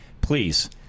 please